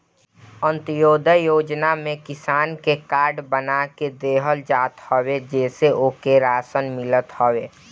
अन्त्योदय योजना में किसान के कार्ड बना के देहल जात हवे जेसे ओके राशन मिलत हवे